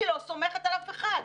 אני לא סומכת על אף אחד.